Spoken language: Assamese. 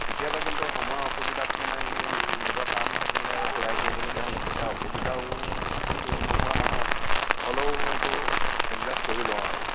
কেতিয়াবা কিন্তু সময়ৰ অসুবিধাত মানে কি নিজৰ কাম থাকিলে তৈয়াৰ কৰিবলগীয়া হ'লে তেতিয়া অসুবিধাও কিছু নোহোৱা নহয় হ'লেও এইটো এডজাষ্ট কৰি লওঁ আৰু